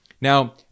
Now